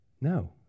No